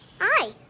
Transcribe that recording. Hi